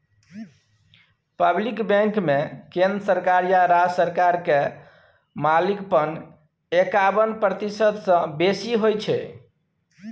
public बैंकमे केंद्र सरकार या राज्य सरकार केर मालिकपन एकाबन प्रतिशत सँ बेसी होइ छै